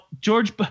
George